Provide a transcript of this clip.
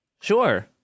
Sure